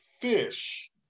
fish